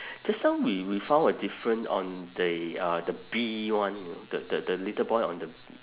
just now we we found a different on the uh the bee one you know the the the little boy on the